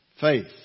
Faith